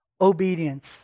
obedience